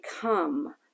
come